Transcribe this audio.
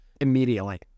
immediately